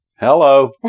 Hello